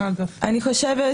אני חושבת